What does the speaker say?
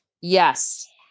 Yes